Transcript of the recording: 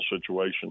situation